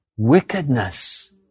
Wickedness